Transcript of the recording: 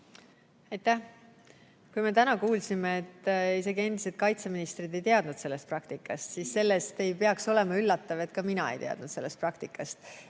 Aitäh! Me täna kuulsime, et isegi endised kaitseministrid ei teadnud sellest praktikast, seega ei peaks olema üllatav, et ka mina ei teadnud sellest enne mitte